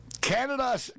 Canada